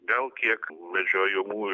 gal kiek medžiojamųjų žvėrių